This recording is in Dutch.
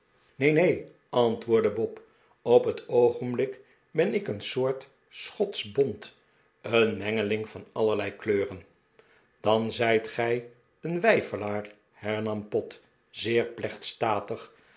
neen neen antwoordde bob op het oogenblik ben ik een soort schotsch bont een mengeling van allerlei kleuren dan zijt gij een weifelaar hernam pott zeer plechtstatig